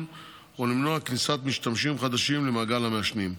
ולמנוע כניסת משתמשים חדשים למעגל המעשנים.